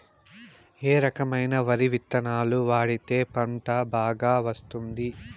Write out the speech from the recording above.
ఏ రకమైన వరి విత్తనాలు వాడితే పంట బాగా వస్తుంది?